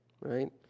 right